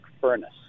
furnace